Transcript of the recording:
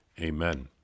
Amen